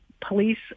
police